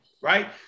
right